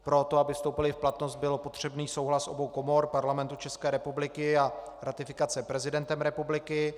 Pro to, aby vstoupily v platnost, byl potřebný souhlas obou komor Parlamentu České republiky a ratifikace prezidentem republiky.